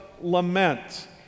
lament